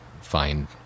find